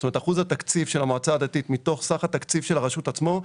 זאת אומרת אחוז התקציב של המועצה הדתית מתוך סך התקציב של הרשות עצמה,